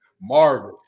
Marvin